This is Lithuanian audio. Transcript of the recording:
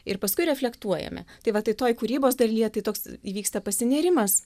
ir paskui reflektuojame tai va tai toj kūrybos dalyje tai toks įvyksta pasinėrimas